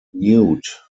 newt